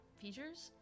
features